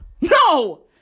No